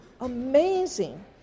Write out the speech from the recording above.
Amazing